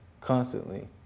constantly